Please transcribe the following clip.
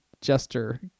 jester